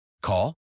Call